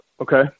Okay